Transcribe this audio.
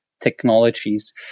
technologies